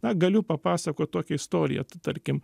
na galiu papasakot tokią istoriją tu tarkim